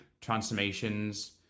transformations